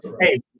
hey